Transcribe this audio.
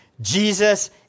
Jesus